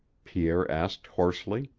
pierre asked hoarsely.